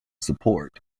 support